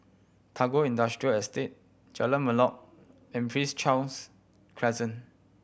Tagore Industrial Estate Jalan Melor and Prince Charles Crescent